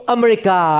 America